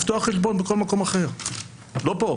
לפתוח חשבון בכל מקום אחר, לא פה.